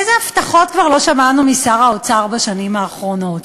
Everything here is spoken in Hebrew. איזה הבטחות עוד לא שמענו משר האוצר בשנים האחרונות?